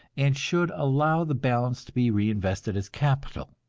and should allow the balance to be reinvested as capital.